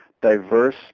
diverse